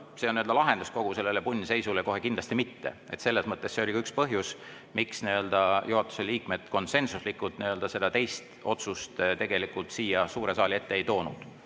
see on lahendus kogu sellele punnseisule? Kohe kindlasti mitte. See oli ka üks põhjus, miks juhatuse liikmed konsensuslikult seda teist otsust siia suure saali ette ei toonud.